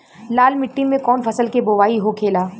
लाल मिट्टी में कौन फसल के बोवाई होखेला?